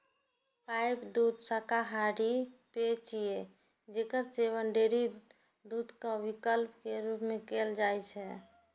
pipe दूध शाकाहारी पेय छियै, जेकर सेवन डेयरी दूधक विकल्प के रूप मे कैल जाइ छै